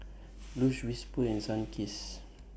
Lush Whisper and Sunkist